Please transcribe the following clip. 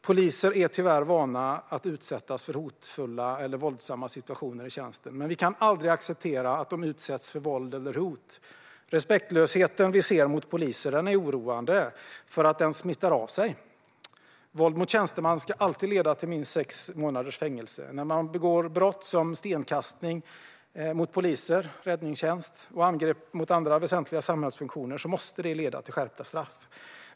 Poliser är tyvärr vana vid att utsättas för hotfulla eller våldsamma situationer i tjänsten, men vi kan aldrig acceptera att de utsätts för våld eller hot. Respektlösheten vi ser mot poliser är oroande för att den smittar av sig. Våld mot tjänsteman ska alltid leda till minst sex månaders fängelse. När man begår brott som stenkastning mot poliser eller räddningstjänst och angrepp mot andra väsentliga samhällsfunktioner måste det leda till skärpta straff.